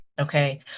Okay